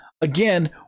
again